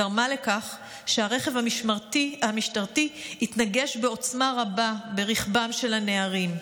גרמה לכך שהרכב המשטרתי התנגש בעוצמה רבה ברכבם של הנערים.